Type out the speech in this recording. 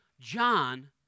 John